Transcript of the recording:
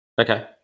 Okay